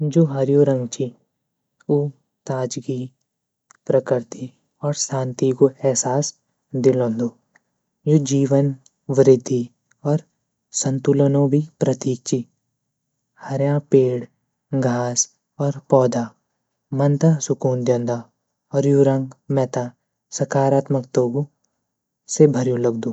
जू हरयूँ रंग ची उ ताजगी, प्रकर्ति ,और शांति कु एहसास दिलोंदु यू जीवन, वृद्धि और संतुलन ओ भी प्रतीक ची हरियाँ पेड घास और पौधा मन त सुकून दयोंदा और यू रंग मेता सकारात्मकतों से भर्यूँ लगदू।